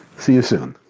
see you soon.